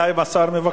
אלא אם השר מבקש.